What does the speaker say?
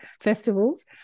festivals